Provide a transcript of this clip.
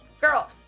girl